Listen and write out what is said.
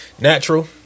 natural